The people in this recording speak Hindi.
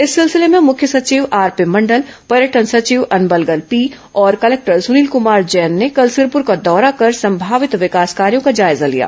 इस सिलसिले में मुख्य सचिव आरपी मंडल पर्यटन सचिव अन्बलगन पी और कलेक्टर सुनील कुमार जैन ने कल सिरपुर का दौरा कर संभावित विकास कार्यों का जायजा लिया